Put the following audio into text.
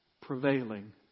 prevailing